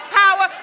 power